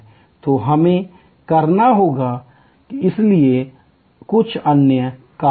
तो हमें करना होगा इसलिए कुछ अन्य कार्य करें